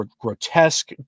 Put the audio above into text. grotesque